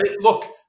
Look